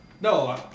No